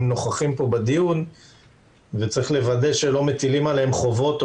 נוכחים פה בדיון וצריך לוודא שלא מטילים עליהם חובות.